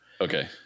Okay